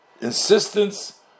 insistence